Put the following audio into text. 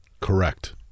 correct